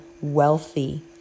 wealthy